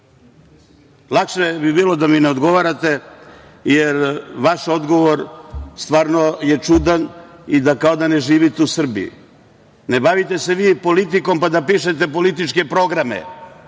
bi bilo da mi ne odgovarate, jer vaš odgovor stvarno je čudan i kao da ne živite u Srbiji. Ne bavite se vi politikom, pa da pišete političke programe